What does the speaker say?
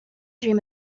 dream